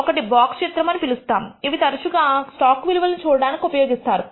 ఒకటి బాక్స్ చిత్రము అని పిలుస్తాము ఇది తరచుగా స్టాక్ విలువలను చూడడానికి ఉపయోగిస్తారు